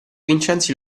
vincenzi